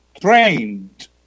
trained